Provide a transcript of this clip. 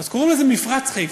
אז קוראים לזה "מפרץ חיפה".